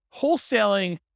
wholesaling